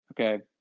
Okay